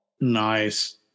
Nice